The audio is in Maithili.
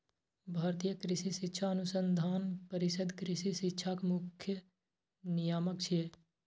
भारतीय कृषि शिक्षा अनुसंधान परिषद कृषि शिक्षाक मुख्य नियामक छियै